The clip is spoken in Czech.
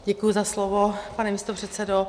Děkuji za slovo, pane místopředsedo.